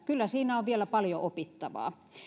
kyllä siinä on vielä paljon opittavaa